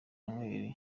emmanuel